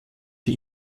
die